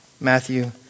Matthew